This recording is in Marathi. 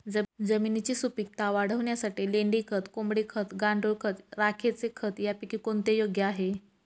जमिनीची सुपिकता वाढवण्यासाठी लेंडी खत, कोंबडी खत, गांडूळ खत, राखेचे खत यापैकी कोणते योग्य आहे?